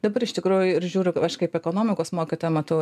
dabar iš tikrųjų ir žiūriu aš kaip ekonomikos mokytoja matau